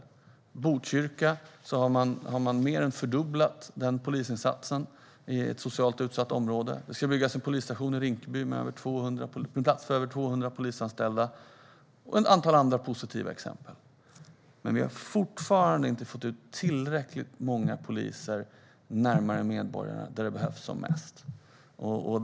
I Botkyrka har man mer än fördubblat polisinsatsen i ett socialt utsatt område. Och det ska byggas en polisstation i Rinkeby med plats för över 200 polisanställda. Det finns också ett antal andra positiva exempel. Men vi har fortfarande inte fått ut tillräckligt många poliser närmare medborgarna, där det behövs som mest.